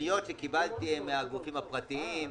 הפניות שקיבלתי הן מהגופים הפרטיים,